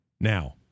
now